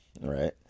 Right